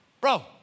bro